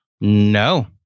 No